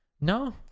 No